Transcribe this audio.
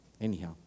Anyhow